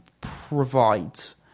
provides